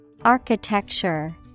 Architecture